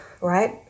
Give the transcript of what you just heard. right